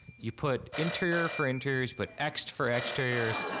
you put interior for interiors but x for exteriors.